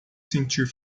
sentir